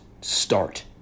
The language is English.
start